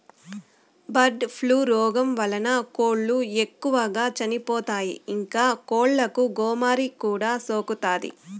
bird flu రోగం వలన కోళ్ళు ఎక్కువగా చచ్చిపోతాయి, ఇంకా కోళ్ళకు గోమారి కూడా సోకుతాది